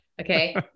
Okay